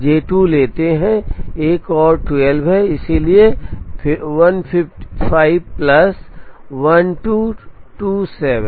इसलिए हम एम 3 पर जे 2 प्रसंस्करण के लिए जे 2 लेते हैं एक और 12 है इसलिए 15 प्लस 12 27